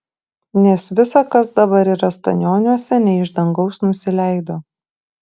nes visa kas dabar yra stanioniuose ne iš dangaus nusileido